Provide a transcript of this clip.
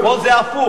פה זה הפוך.